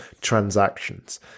transactions